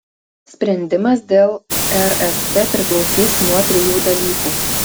sprendimas dėl rst priklausys nuo trijų dalykų